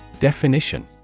Definition